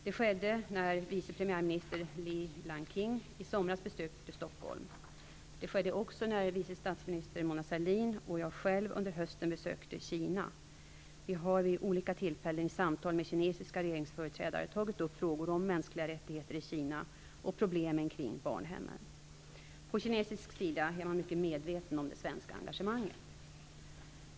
Det skedde när vice premiärminister Li Lanqing i somras besökte Stockholm. Det skedde också när vice statsminister Mona Sahlin och jag själv under hösten besökte Kina. Vi har vid olika tillfällen i samtal med kinesiska regeringsföreträdare tagit upp frågor om mänskliga rättigheter i Kina och problemen kring barnhemmen. På kinesisk sida är man mycket medveten om det svenska engagemanget.